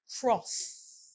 cross